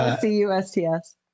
C-U-S-T-S